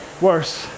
worse